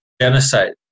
genocide